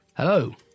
Hello